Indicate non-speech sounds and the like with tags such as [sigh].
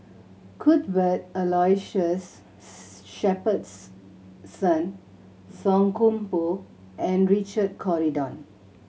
Cuthbert Aloysius [unintelligible] Song Koon Poh and Richard Corridon